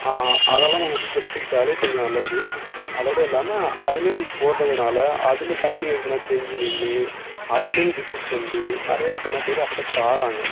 அதெல்லாம் கொஞ்சம் தவிர்த்துக்கிட்டாலே கொஞ்சம் நல்லது அதோடு இல்லாமல் அது மாரி நம்ம போடுறதுனால அதில் தண்ணி அதுபோன தேங்கி நின்று அதுலேருந்து டிசீஸ் வந்து நிறைய இத்தனை பேர் அஃபெக்ட் ஆகிறாங்க